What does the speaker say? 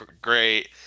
great